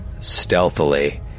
stealthily